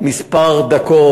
כמה דקות,